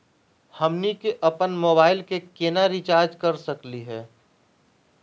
हमनी के अपन मोबाइल के केना रिचार्ज कर सकली हे?